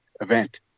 event